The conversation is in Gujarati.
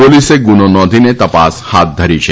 પોલીસે ગુનો નોંધીને તપાસ હાથ ધરી છે